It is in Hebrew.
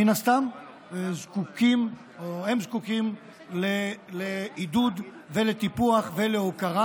מן הסתם, הם זקוקים לעידוד ולטיפוח ולהוקרה.